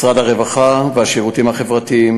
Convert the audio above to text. משרד הרווחה והשירותים החברתיים,